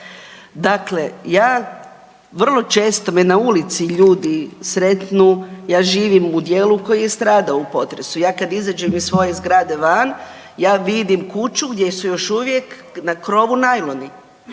Dakle, ja vrlo često me na ulici ljudi sretnu, ja živim u dijelu koji je stradao u potresu. Ja kad izađem iz svoje zgrade van, ja vidim kuću gdje su još uvijek na krovu najloni,